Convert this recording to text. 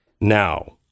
Now